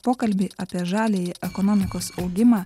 pokalbį apie žaliąjį ekonomikos augimą